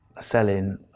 selling